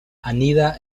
anida